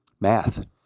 math